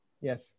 yes